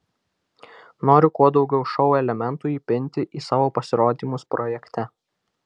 noriu kuo daugiau šou elementų įpinti į savo pasirodymus projekte